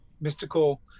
mystical